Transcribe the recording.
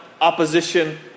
opposition